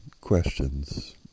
questions